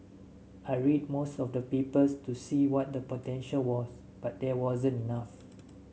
I read most of the papers to see what the potential was but there wasn't enough